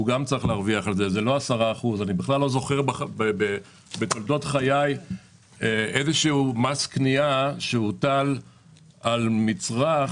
אני לא זוכר בתולדות חיי איזה שהוא מס קנייה שהוטל על מצרך